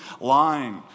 line